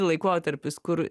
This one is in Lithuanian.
laikotarpis kur